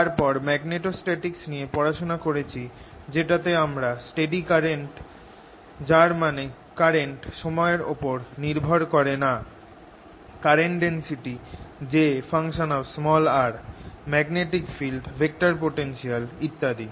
তারপর মাগনেটোস্ট্যাটিক্স নিয়ে পড়াশুনা করেছি যেটাতে আছে স্টেডি কারেন্ট যার মানে কারেন্ট সময়ের ওপর নির্ভর করে না current density J magnetic field vector potential ইত্যাদি